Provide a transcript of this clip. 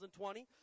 2020